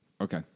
Okay